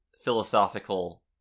Philosophical